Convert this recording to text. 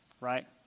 right